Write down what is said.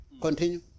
Continue